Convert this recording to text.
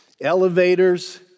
elevators